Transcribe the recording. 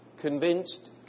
convinced